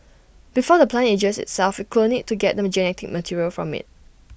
before the plant ages itself we clone IT to get the genetic material from IT